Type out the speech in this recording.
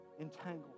entangled